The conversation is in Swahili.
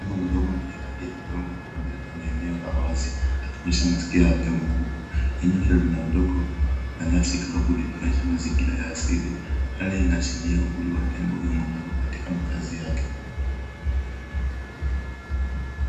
Tembo mdogo mwenye rangi ya udongo anatembea kwenye eneo la wazi akibisha masikio yake makubwa. Eneo hilo lina udongo na nyasi kavu likionyesha mazingira ya asili. Hali inaashiria uhuru wa tembo huyu mdogo katika makazi yake.